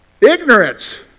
Ignorance